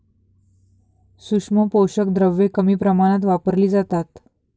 सूक्ष्म पोषक द्रव्ये कमी प्रमाणात वापरली जातात